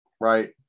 right